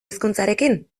hizkuntzarekin